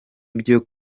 ibyo